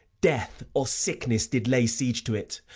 death, or sickness, did lay siege to it,